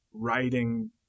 writing